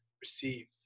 receive